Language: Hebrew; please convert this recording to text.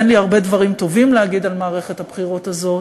ואין לי הרבה דברים טובים להגיד על מערכת הבחירות הזו,